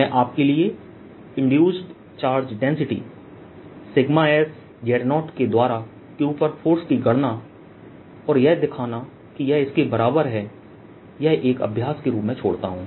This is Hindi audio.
मैं आपके लिए इंड्यूस्ड चार्ज डेंसिटीs के द्वारा q पर फोर्स की गणना और यह दिखाना कि यह इसके बराबर है यह एक अभ्यास के रूप में छोड़ता हूं